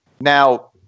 Now